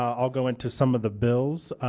um i'll go into some of the bills.